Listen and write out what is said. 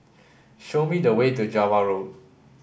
show me the way to Java Road